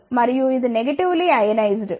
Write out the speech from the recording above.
మరియు ఇది negatively ionized